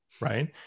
right